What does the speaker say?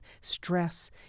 stress